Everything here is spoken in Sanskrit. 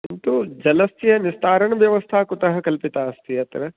किन्तु जलस्य निस्तारणव्यवस्था कुतः कल्पिता अस्ति अत्र